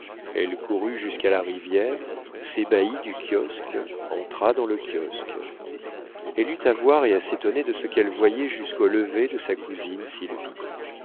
elle courut jusqu'à la rivière s'ébahit du kiosque entra dans le kiosque elle eut à voir et à s'étonner de ce qu'elle voyait jusqu'au lever de sa cousine sylvie